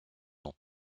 ans